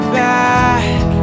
back